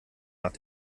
nach